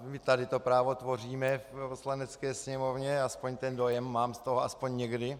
My tady to právo tvoříme v Poslanecké sněmovně, aspoň ten dojem mám z toho aspoň někdy.